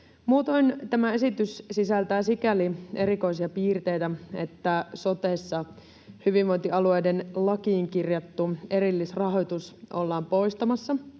Muutoin tämä esitys sisältää sikäli erikoisia piirteitä, että sotessa hyvinvointialueiden lakiin kirjattu erillisrahoitus ollaan poistamassa